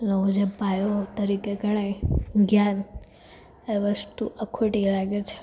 નો જે પાયો તરીકે ગણાય જ્ઞાન એ વસ્તુ ખોટી લાગે છે